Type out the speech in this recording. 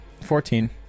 fourteen